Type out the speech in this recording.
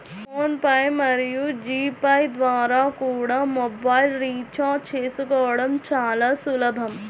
phone pay మరియు G pay ద్వారా కూడా మొబైల్ రీఛార్జి చేసుకోవడం చాలా సులభం